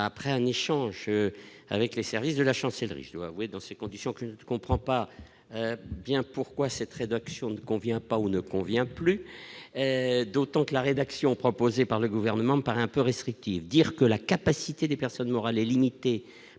après un échange avec les services de la chancellerie, je dois avouer, dans ces conditions, que ne comprend pas bien pourquoi cette rédaction ne convient pas ou ne convient plus, d'autant que la rédaction proposée par le gouvernement, par un peu restrictives, dire que la capacité des personnes morales est limitée